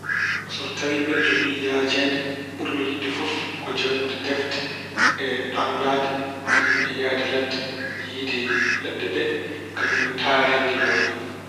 So tawi mbeɗa jogii yaajeede ɓurmi yiɗde fof ko janngude defte e ɗannaade kañum e yahde ladde, yiyde leɗɗe ɗe kañum e taariindi no wayi.